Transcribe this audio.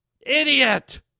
idiot